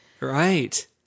right